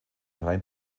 rein